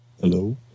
Hello